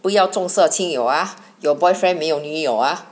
不要重色轻友啊有 boyfriend 没有女友啊